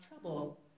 trouble